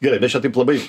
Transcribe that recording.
gerai bet čia taip labai